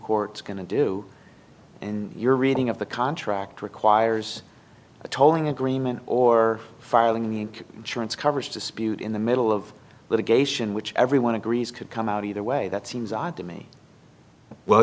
court's going to do and your reading of the contract requires a tolling agreement or filing ink insurance coverage dispute in the middle of litigation which everyone agrees could come out either way that seems odd to me well